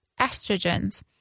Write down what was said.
estrogens